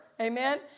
Amen